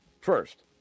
First